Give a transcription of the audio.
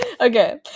Okay